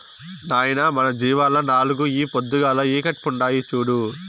నాయనా మన జీవాల్ల నాలుగు ఈ పొద్దుగాల ఈకట్పుండాయి చూడు